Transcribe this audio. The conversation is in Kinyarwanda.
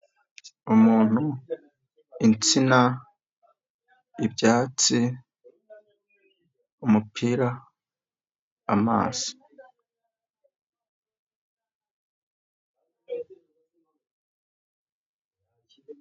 Umuntu, insina, ibyatsi, umupira, amazi.